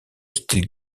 style